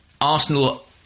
Arsenal